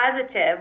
positive